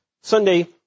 Sunday